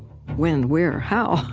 when? where? how?